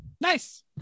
nice